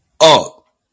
up